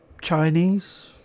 Chinese